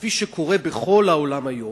כפי שקורה בכל העולם היום.